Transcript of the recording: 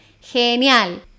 Genial